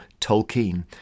Tolkien